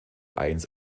eins